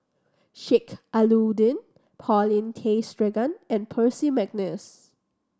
Sheik Alau'ddin Paulin Tay Straughan and Percy McNeice